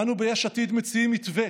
אנו ביש עתיד מציעים מתווה